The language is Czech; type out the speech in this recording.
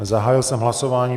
Zahájil jsem hlasování.